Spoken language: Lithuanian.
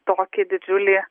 tokį didžiulį